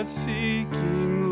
seeking